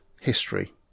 history